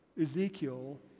Ezekiel